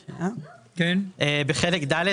34. בפקודת מס הכנסה (1) בחלק ד',